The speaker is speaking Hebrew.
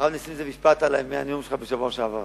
הרב נסים, זה משפט מהנאום שלך בשבוע שעבר.